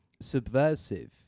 subversive